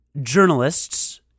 journalists—